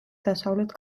დასავლეთ